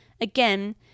again